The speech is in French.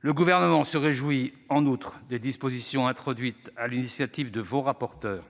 Le Gouvernement se réjouit, en outre, des dispositions introduites sur l'initiative de vos rapporteurs